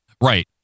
Right